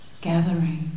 gathering